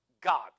God